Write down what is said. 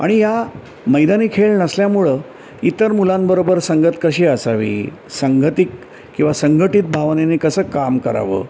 आणि या मैदानी खेळ नसल्यामुळं इतर मुलांबरोबर संघत कशी असावी संघतिक किंवा संघटित भावने कसं काम करावं